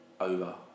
over